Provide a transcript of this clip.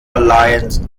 alliance